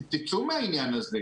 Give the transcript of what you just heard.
תצאו מהעניין הזה.